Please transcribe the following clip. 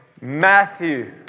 Matthew